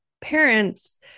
parents